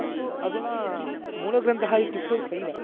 परन्तु अधुना मूलग्रन्थः इत्युक्तौ सैव